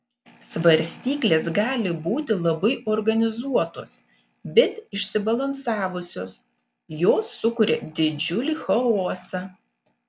svarstyklės gali būti labai organizuotos bet išsibalansavusios jos sukuria didžiulį chaosą